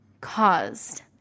caused